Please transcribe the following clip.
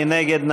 מי נגד?